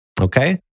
Okay